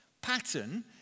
pattern